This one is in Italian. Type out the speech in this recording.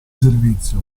servizio